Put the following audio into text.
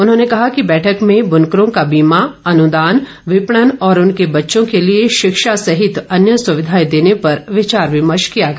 उन्होंने कहा कि बैठक में ब्नकरों का बीमा अनुदान विपणन और उनके बच्चों के लिए शिक्षा सहित अन्य सुविधाएं देने पर विचार विमर्श किया गया